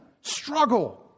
struggle